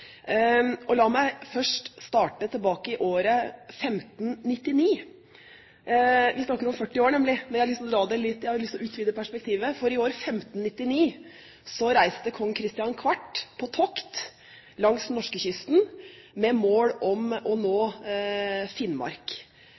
La meg først starte tilbake i året 1599. Vi snakker om 40 år, nemlig, og jeg har lyst til å utvide perspektivet. I året 1599 reiste kong Christian IV på tokt langs norskekysten, med mål om å nå Finnmark.